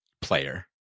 player